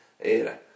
era